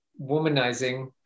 womanizing